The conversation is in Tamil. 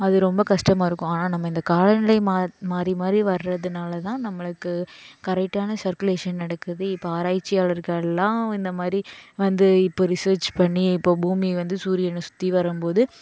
அது ரொம்ப கஷ்டமாக இருக்கும் ஆனால் நம்ம இந்த காலநிலை மா மாறி மாறி வர்கிறதுனால தான் நம்மளுக்கு கரெக்டான சர்க்குலேஷன் நடக்குது இப்போ ஆராய்ச்சியாளர்கள்லாம் இந்த மாதிரி வந்து இப்போ ரிசர்ச் பண்ணி இப்போ பூமி வந்து சூரியனை சுற்றி வரும் போது